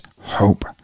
hope